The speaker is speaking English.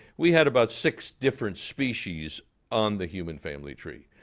we had about six different species on the human family tree.